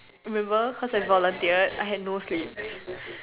remember cause I volunteered I had no sleep